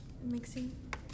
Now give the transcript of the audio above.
Mixing